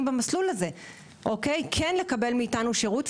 במסלול הזה; בוחרים לקבל מאיתנו שירות,